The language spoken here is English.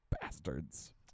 bastards